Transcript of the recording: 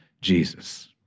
Jesus